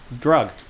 drug